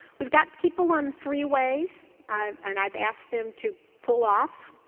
we've got people on freeways and i've asked them to pull off,